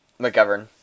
McGovern